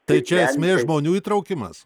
tai čia esmė žmonių įtraukimas